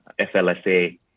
FLSA